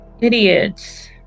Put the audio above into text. idiots